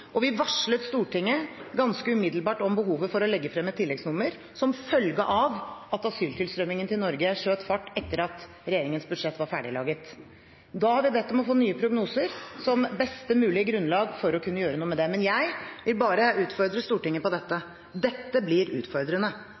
og vi varslet Stortinget ganske umiddelbart om behovet for å legge frem et tilleggsnummer som følge av at asyltilstrømmingen til Norge skjøt fart etter at regjeringens budsjett var ferdiglaget. Da hadde jeg bedt om å få nye prognoser som beste mulige grunnlag for å kunne gjøre noe med det. Men jeg vil bare utfordre Stortinget på dette. Dette blir utfordrende.